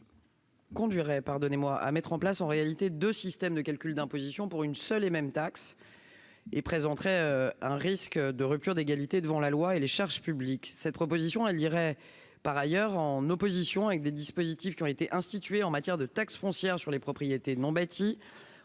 conduirait à mettre en place deux systèmes de calcul d'imposition pour une seule et même taxe. Elle présenterait ainsi un risque de rupture d'égalité devant la loi et les charges publiques. L'objet de ces amendements se trouve par ailleurs en opposition avec des dispositifs qui ont été institués en matière de taxe foncière sur les propriétés non bâties